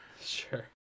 sure